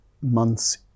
months